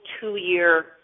two-year